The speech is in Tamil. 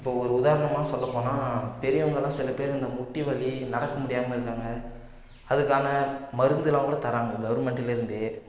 இப்போது ஒரு உதாரணமாக சொல்லப்போனால் பெரியவங்களாம் சில பேர் இந்த முட்டி வலி நடக்க முடியாமல் இருக்காங்க அதுக்கான மருந்தெலாம் கூட தராங்க கவர்மெண்ட்டுலேருந்தே